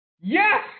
Yes